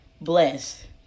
Bless